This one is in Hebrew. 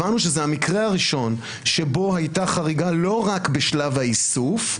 הבנו שזה המקרה הראשון שבו הייתה חריגה לא רק בשלב האיסוף,